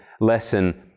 lesson